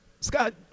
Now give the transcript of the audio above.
Scott